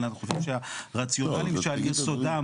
אבל אנחנו חושבים שהרציונלים שעל יסודם